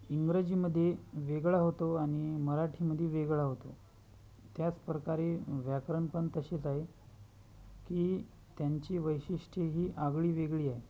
इंग्रजीमध्ये वेगळा होतो आणि मराठीमध्ये वेगळा होतो त्याचप्रकारे व्याकरण पण तसेच आहे की त्यांची वैशिष्ट्य ही आगळीवेगळी आहे